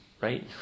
right